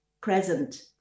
present